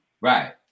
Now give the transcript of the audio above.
Right